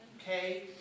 Okay